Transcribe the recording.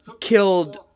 killed